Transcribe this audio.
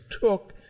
took